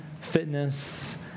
fitness